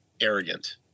arrogant